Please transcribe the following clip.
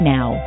Now